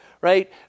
right